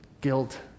guilt